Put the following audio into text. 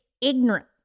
ignorant